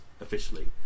officially